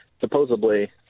supposedly